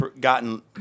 gotten